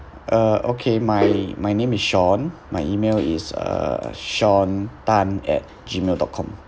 uh okay my my name is sean my email is uh sean tan at gmail dot com